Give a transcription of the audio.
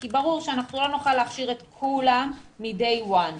כי ברור שאנחנו לא נוכל להכשיר את כולם ביום הראשון,